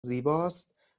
زیباست